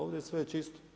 Ovdje je sve čisto.